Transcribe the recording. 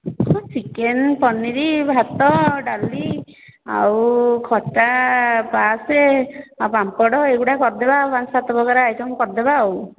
ହଁ ଚିକେନ ପାନୀରି ଭାତ ଡାଲି ଆଉ ଖଟା ପାଶେ ଆଉ ପାମ୍ପଡ଼ ଏହିଗୁଡ଼ା କରିଦେବା ଆଉ ପାଞ୍ଚ ସାତ ପ୍ରକାର ଆଇଟମ କରିଦେବା ଆଉ